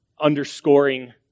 underscoring